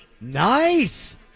Nice